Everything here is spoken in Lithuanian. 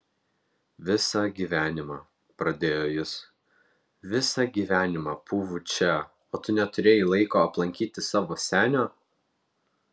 visą gyvenimą pradėjo jis visą gyvenimą pūvu čia o tu neturėjai laiko aplankyti savo senio